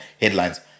headlines